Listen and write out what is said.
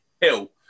Hill